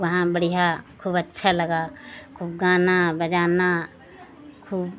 वहाँ बढ़ियाँ खूब अच्छा लगा खूब गाना बजाना खूब